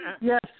Yes